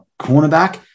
Cornerback